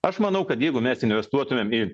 aš manau kad jeigu mes investuotumėm į